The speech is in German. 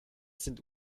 sind